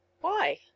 Why